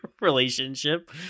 relationship